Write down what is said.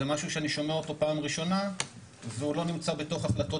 זה משהו שאני שומע אותו פעם ראשונה והוא לא נמצא בתוך החלטות